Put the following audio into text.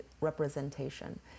representation